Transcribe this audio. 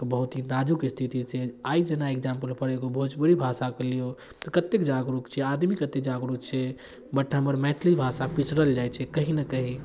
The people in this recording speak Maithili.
बहुत ही नाजुक स्थिति सऽ आइ जेना एक्जाम्पुल पर जेना भोजपुरी भाषाके लियौ तऽ कतेक जागरूक छै आदमी कतेक जागरूक छै बट हमर मैथिली भाषा पिछड़ल जाइ छै कहीँ ने कहीँ